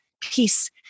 peace